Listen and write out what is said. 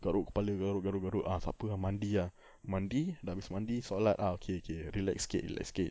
garu kepala garu garu garu ah tak apa ah mandi ah mandi dah habis mandi solat ah okay okay relax sikit relax sikit